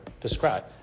describe